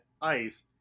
ice